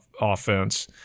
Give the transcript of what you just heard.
offense